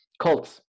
cults